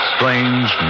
Strange